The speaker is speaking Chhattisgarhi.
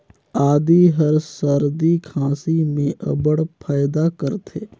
आदी हर सरदी खांसी में अब्बड़ फएदा करथे